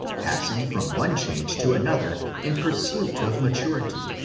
passing from one change to another in pursuit of maturity,